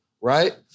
right